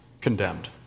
condemned